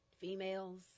females